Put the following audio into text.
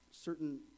certain